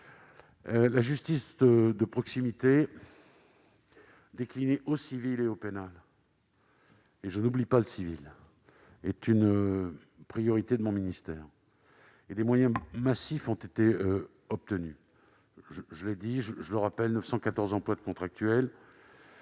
la justice de proximité, déclinée au civil et au pénal- et je n'oublie pas le civil -, est une priorité de mon ministère et des moyens massifs ont été obtenus. Je les rappelle : 914 emplois de contractuels,